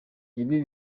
ibi